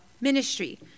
ministry